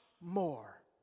more